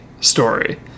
story